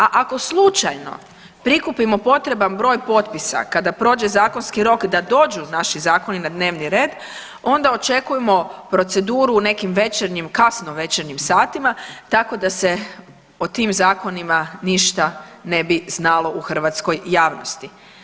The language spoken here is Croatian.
A ako slučajno prikupimo potreban broj potpisa kada prođe zakonski rok da dođu naši zakoni na dnevni red onda očekujmo proceduru nekim večernjim, kasno večernjim satima tako da se o tim zakonima ništa ne bi znalo u hrvatskoj javnosti.